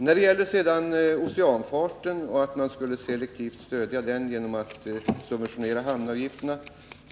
Här har sagts att vi selektivt skulle stödja oceanfarten genom att subventionera hamnavgifterna.